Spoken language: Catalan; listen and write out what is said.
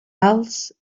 alts